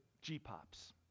G-Pops